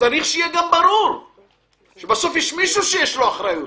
צריך שיהיה ברור שבסוף יש מישהו שיש לו אחריות.